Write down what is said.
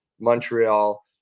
Montreal